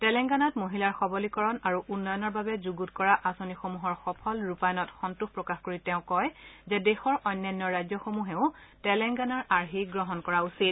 তেলেংগানাত মহিলাৰ সবলীকৰণ আৰু উন্নয়নৰ বাবে যুগুত কৰা আঁচনিসমূহৰ সফল ৰূপায়ণত সন্তোষ প্ৰকাশ কৰি তেওঁ কয় যে দেশৰ অন্যান্য ৰাজ্যসমূহেও তেলেংগানাৰ আৰ্হি গ্ৰহণ কৰা উচিত